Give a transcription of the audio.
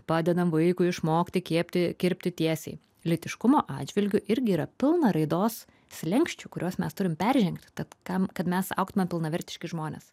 padedam vaikui išmokti kepti kirpti tiesiai lytiškumo atžvilgiu irgi yra pilna raidos slenksčių kuriuos mes turim peržengti tad tam kad mes augtumėm pilnavertiški žmonės